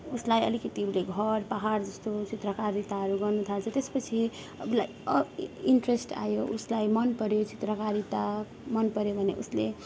उसलाई अलिकति उसले घर पाहाड जस्तो चित्रकारिताहरू गर्नु थाल्छ त्यसपछि अब उलाई अ इन्ट्रेस्ट आयो उसलाई मनपऱ्यो चित्रकारिता मनपऱ्यो भने उसले